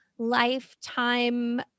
Lifetime